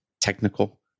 technical